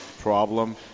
problem